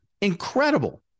incredible